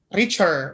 richer